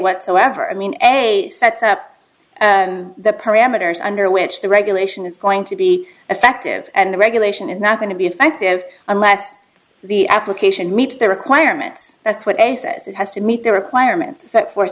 whatsoever i mean a set up the parameters under which the regulation is going to be effective and the regulation is not going to be effective unless the application meets the requirements that's what a says it has to meet the requirements set forth